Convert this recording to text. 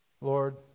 Lord